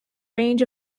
range